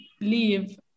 leave